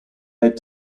led